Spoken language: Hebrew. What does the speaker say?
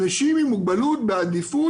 אנשים עם מוגבלות בעדיפות,